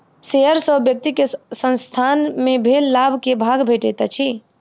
share सॅ व्यक्ति के संसथान मे भेल लाभ के भाग भेटैत अछि